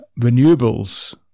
renewables